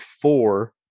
four